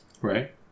Right